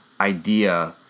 idea